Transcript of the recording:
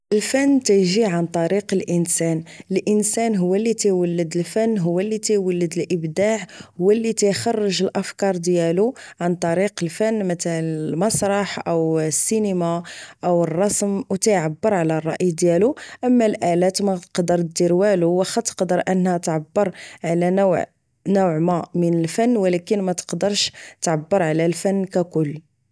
الفن يتجي عن طريق الانسان الانسان هو اللي كيولد الفن و هو اللي كيولد الابداع هو اللي تيخرج الافكار ديالو عن طريق الفن مثلا المسرح او سينما او الرسم و تيعبر على الرأي ديالو اما الالات ما تقدر دير والو وخا تقدر انها تعبر على نوع نوع ما من الفن و ماتقدرش تعبر على الفن ككل